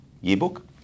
yearbook